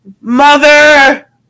mother